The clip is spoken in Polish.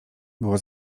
było